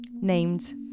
named